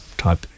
type